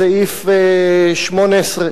בסעיף 18,